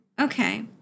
Okay